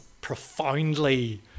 profoundly